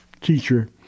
teacher